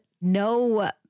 no